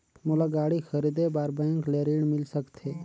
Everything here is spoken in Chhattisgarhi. मोला गाड़ी खरीदे बार बैंक ले ऋण मिल सकथे?